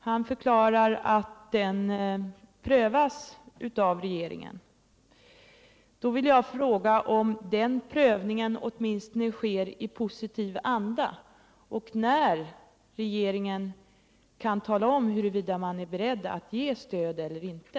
Han förklarar att den prövas av regeringen. Då vill jag fråga om den prövningen åtminstone sker i positiv anda och när regeringen kan tala om huruvida man är beredd att ge stöd eller inte.